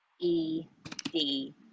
E-D